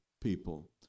people